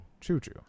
Choo-choo